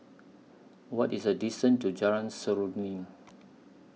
What IS The distance to Jalan Seruling